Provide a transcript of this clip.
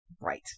Right